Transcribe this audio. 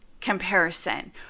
comparison